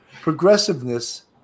progressiveness